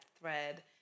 Thread